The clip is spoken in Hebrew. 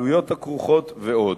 העלויות הכרוכות ועוד.